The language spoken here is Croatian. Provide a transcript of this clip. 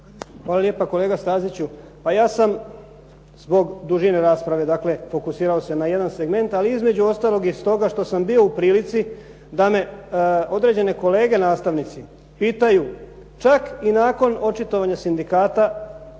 Hvala lijepa. Kolega Staziću, pa ja sam zbog dužine rasprave fokusirao se na jedan segment, ali i između ostaloga i stoga što sam bio u prilici da me određene kolege nastavnici pitaju čak i nakon očitovanja sindikata